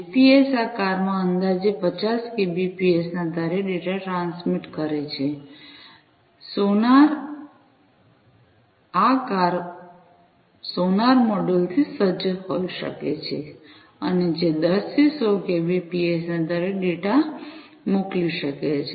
GPS આ કારમાં અંદાજે 50 કેબીપીએસ ના દરે ડેટા ટ્રાન્સમિટ કરે છે સોનાર આ કાર સોનાર મોડ્યુલ થી સજ્જ હોઈ શકે છે અને જે 10 થી 100 કેબીપીએસના દરે ડેટા મોકલી શકે છે